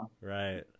Right